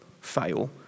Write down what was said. fail